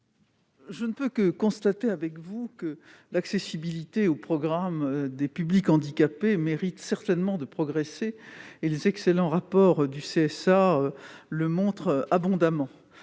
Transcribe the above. Je ne peux que constater avec vous que l'accessibilité aux programmes pour les publics handicapés mérite de progresser- les excellents rapports du CSA le montrent abondamment.